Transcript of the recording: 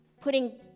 putting